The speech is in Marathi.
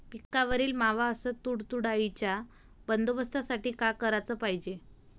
पिकावरील मावा अस तुडतुड्याइच्या बंदोबस्तासाठी का कराच पायजे?